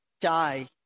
die